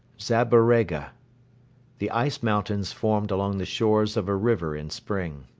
zaberega the ice-mountains formed along the shores of a river in spring.